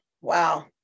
Wow